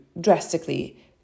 drastically